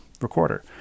recorder